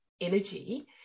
energy